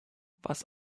was